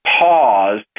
pause